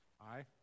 Aye